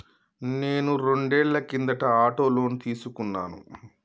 నేను రెండేళ్ల కిందట ఆటో లోను తీసుకున్నాను